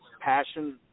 passion